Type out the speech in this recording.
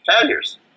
failures